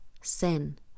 sin